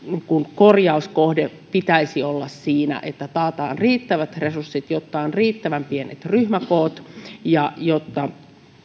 korjauskohteen pitäisi olla siinä että taataan riittävät resurssit jotta on riittävän pienet ryhmäkoot ja jotta